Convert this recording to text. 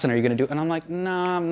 and are you gonna do and i'm like, nah, i'm